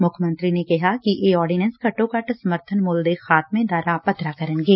ਮੁੱਖ ਮੰਤਰੀ ਨੇ ਕਿਹਾ ਕਿ ਇਹ ਆਰਡੀਨੈਂਸ ਘੱਟੋ ਘੱਟ ਸਮਰਥਨ ਮੁੱਲ ਦੇ ਖਾਤਮੇ ਦਾ ਰਾਹ ਪੱਧਰਾ ਕਰਨਗੇ